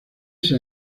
ese